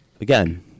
again